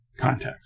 context